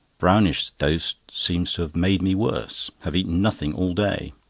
brownish's dose seems to have made me worse have eaten nothing all day.